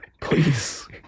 Please